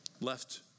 Left